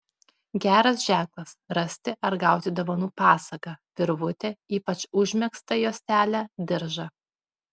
geras ženklas rasti ar gauti dovanų pasagą virvutę ypač užmegztą juostelę diržą